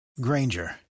Granger